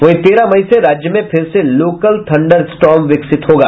वहीं तेरह मई से राज्य में फिर से लोकल थंडर स्टॉर्म विकसित होगा